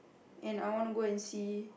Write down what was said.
and I want to go and see